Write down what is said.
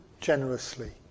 generously